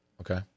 Okay